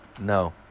No